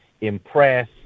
impress